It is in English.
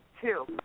two